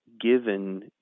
given